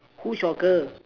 who's your girl